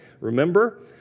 Remember